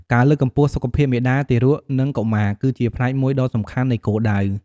ការលើកកម្ពស់សុខភាពមាតា ទារក និងកុមារគឺជាផ្នែកមួយដ៏សំខាន់នៃគោលដៅ។